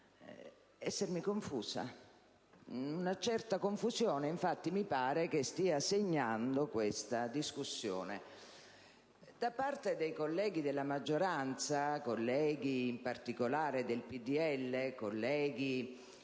essermi confusa. Una certa confusione, infatti, mi pare che stia segnando questa discussione. Da parte dei colleghi della maggioranza, in particolare del PdL, i